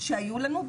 שהיו לנו,